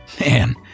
Man